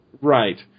Right